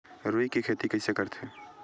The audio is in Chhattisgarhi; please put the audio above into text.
रुई के खेती कइसे करथे?